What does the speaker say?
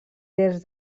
des